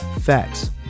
facts